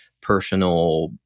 personal